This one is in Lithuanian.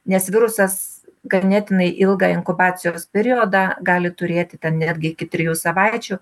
nes virusas ganėtinai ilgą inkubacijos periodą gali turėti ten netgi iki trijų savaičių